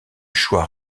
choix